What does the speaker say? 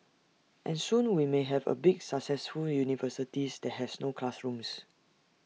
and soon we may have A big successful university that has no classrooms